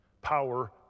power